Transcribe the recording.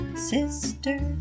sisters